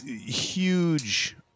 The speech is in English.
huge